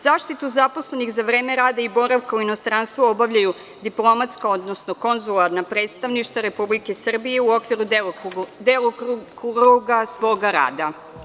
Zaštitu zaposlenih za vreme rada i boravka u inostranstvu obavljaju diplomatska, odnosno konzularna predstavništva Republike Srbije u okviru delokruga svoga rada.